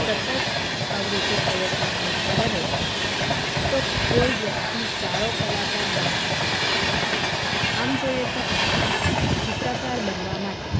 તે સતત આવી રીતના પ્રયત્નો કરતા રહે તો કોઈ વ્યક્તિ સારો કલાકાર બની શકે છે આમ જોઈએ તો આપણે ચિત્રકાર બનવા માટે